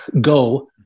go